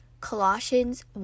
Colossians